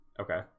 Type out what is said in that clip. okay